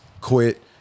quit